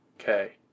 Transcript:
Okay